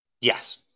Yes